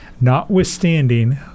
notwithstanding